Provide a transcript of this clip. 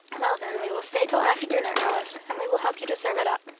well, then, we will stay till after dinner, alice, and we will help you to serve it up.